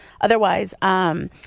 Otherwise